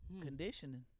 Conditioning